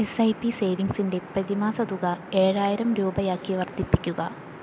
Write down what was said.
S I P സേവിങ്സിൻ്റെ പ്രതിമാസ തുക ഏഴായിരം രൂപയാക്കി വർദ്ധിപ്പിക്കുക